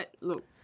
look